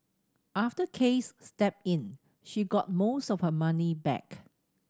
after Case stepped in she got most of her money back